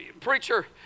preacher